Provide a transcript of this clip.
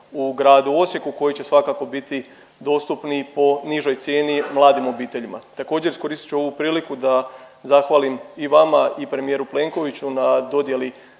u gradu Osijeku, koji će svakako biti dostupni po nižoj cijeni mladim obiteljima. Također, iskoristit ću ovu priliku da zahvalim i vama i premijeru Plenkoviću na dodijeli